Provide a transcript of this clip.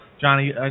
Johnny